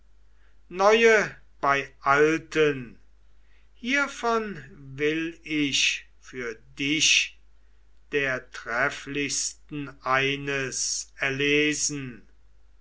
neue bei alten hiervon will ich für dich der trefflichsten eines erlesen